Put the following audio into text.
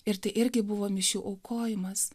ir tai irgi buvo mišių aukojimas